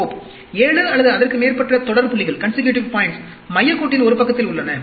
7 அல்லது அதற்கு மேற்பட்ட தொடர் புள்ளிகள் மையக் கோட்டின் ஒரு பக்கத்தில் உள்ளன